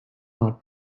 not